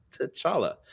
T'Challa